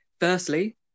firstly